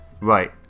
Right